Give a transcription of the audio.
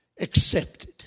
accepted